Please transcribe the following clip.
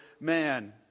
man